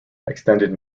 extended